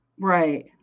Right